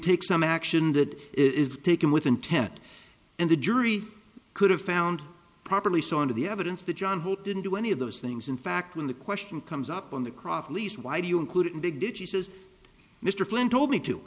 take some action that is taken with intent and the jury could have found properly so and the evidence that john holt didn't do any of those things in fact when the question comes up on the cross lease why do you include it in big did he says mr flynn told me to